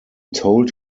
told